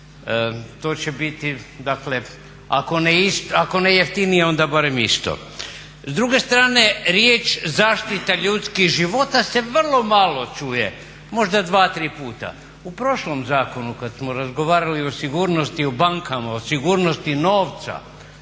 To će biti dakle ako ne jeftinije onda barem isto. S druge strane riječ zaštita ljudskih života se vrlo malo čuje. Možda 2, 3 puta. U prošlom zakonu kada smo razgovarali o sigurnosti u bankama, o sigurnosti novca